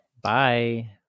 Bye